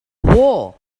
war